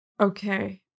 okay